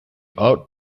ought